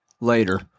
later